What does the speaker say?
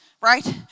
right